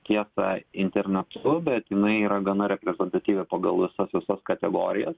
tiesa internetu bet jinai yra gana reprezentatyvi pagal visas visas kategorijas